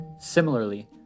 Similarly